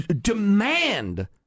demand